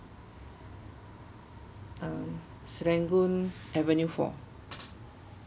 um serangoon avenue four